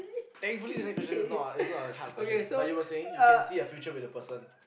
thankfully the next question is not is not a hard question but you were saying you can see a future with the person